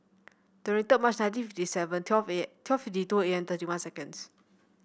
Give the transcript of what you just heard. twenty third March nineteen fifty seven twelve A M twelve fifty two A M thirty one seconds